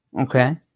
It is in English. Okay